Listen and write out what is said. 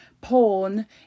porn